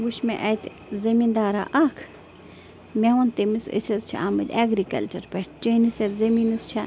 وٕچھ مےٚ اَتہِ زٔمیٖندارا اَکھ مےٚ ووٚن تٔمِس أسۍ حظ چھِ آمٕتۍ اٮ۪گرِکَلچَر پٮ۪ٹھ چٲنِس یَتھ زٔمیٖنس چھےٚ